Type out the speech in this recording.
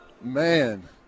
Man